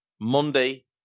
Monday